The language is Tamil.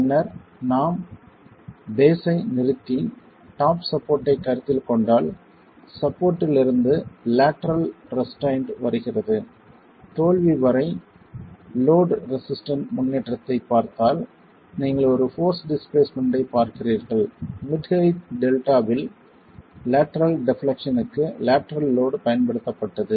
பின்னர் நாம் பேஸ்ஸை நிறுத்தி டாப் சப்போர்ட் ஐக் கருத்தில் கொண்டால் சப்போர்ட்லிருந்து லேட்டரல் ரெஸ்ட்ரைன்ட் வருகிறது தோல்வி வரை லோட் ரெசிஸ்டன்ஸ் முன்னேற்றத்தைப் பார்த்தால் நீங்கள் ஒரு போர்ஸ் டிஸ்பிளேஸ்மென்ட் ஐப் பார்க்கிறீர்கள் மிட் ஹெயிட் டெல்டாவில் லேட்டரல் டெப்லெக்சனுக்கு லேட்டரல் லோட் பயன்படுத்தப்பட்டது